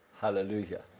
Hallelujah